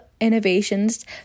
innovations